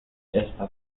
esta